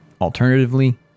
Alternatively